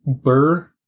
Burr